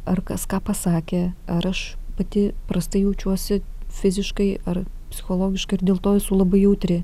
ar kas ką pasakė ar aš pati prastai jaučiuosi fiziškai ar psichologiškai ir dėl to esu labai jautri